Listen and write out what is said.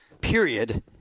period